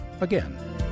again